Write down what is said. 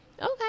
Okay